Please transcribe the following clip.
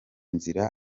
nzira